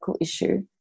issue